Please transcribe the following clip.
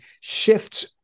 shifts